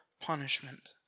punishment